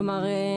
כלומר,